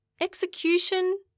execution